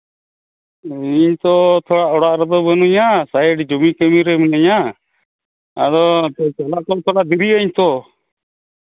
ᱤᱧ ᱛᱚ ᱛᱷᱚᱲᱟ ᱚᱲᱟᱜ ᱨᱮᱫᱚ ᱵᱟᱹᱱᱩᱧᱟ ᱥᱟᱭᱤᱰ ᱡᱚᱢᱤ ᱠᱟᱹᱢᱤᱨᱮ ᱢᱤᱱᱟᱹᱧᱟ ᱟᱫᱚ ᱪᱟᱞᱟᱜ ᱫᱮᱨᱤᱜ ᱟᱹᱧ ᱛᱚ